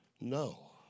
No